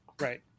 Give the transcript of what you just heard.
Right